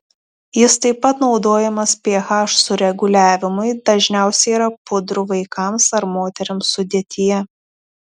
jis taip pat naudojamas ph sureguliavimui dažniausiai yra pudrų vaikams ar moterims sudėtyje